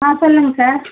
ஆ சொல்லுங்கள் சார்